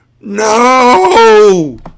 No